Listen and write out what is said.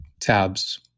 tabs